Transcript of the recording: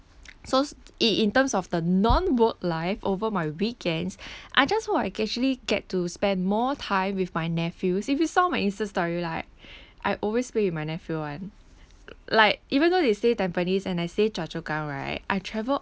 so in in terms of the non work life over my weekends I just hope I actually get to spend more time with my nephews if you saw my insta story like I always play with my nephew [one] like even though they stay tampines and I stay choa chu kang right I travel